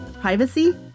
Privacy